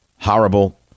horrible